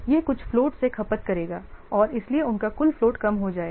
यह कुल फ्लोट से खपत करेगा और इसलिए उनका कुल फ्लोट कम हो जाएगा